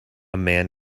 man